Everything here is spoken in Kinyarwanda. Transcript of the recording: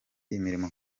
imirimo